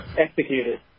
executed